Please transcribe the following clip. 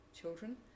children